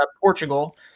portugal